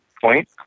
point